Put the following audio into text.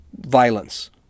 violence